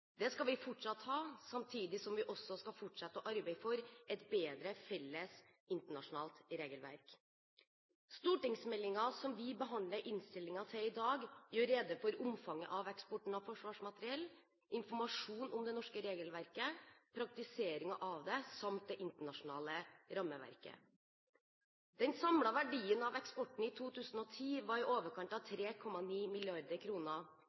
Det skal vi fortsatt ha, samtidig som vi også skal fortsette å arbeide for et bedre felles internasjonalt regelverk. Stortingsmeldingen som vi behandler i innstillingen i dag, gjør rede for omfanget av eksporten av forsvarsmateriell, informasjon om det norske regelverket, praktiseringen av det samt det internasjonale rammeverket. Den samlede verdien av eksporten i 2010 var i overkant av